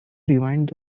rewind